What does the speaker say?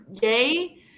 gay